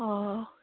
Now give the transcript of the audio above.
অঁ